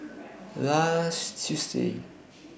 last Tuesday